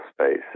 space